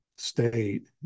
state